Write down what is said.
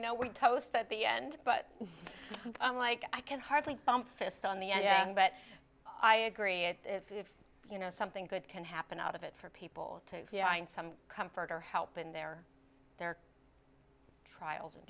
know we're toast at the end but i'm like i can hardly bum fist on the end but i agree it if you know something good can happen out of it for people to find some comfort or help in their their trials